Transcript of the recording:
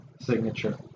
signature